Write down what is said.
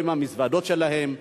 לא עם המזוודות שלהם,